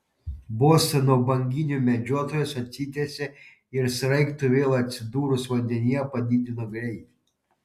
bostono banginių medžiotojas atsitiesė ir sraigtui vėl atsidūrus vandenyje padidino greitį